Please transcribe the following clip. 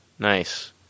Nice